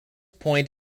point